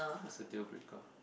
what's the deal breaker